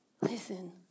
Listen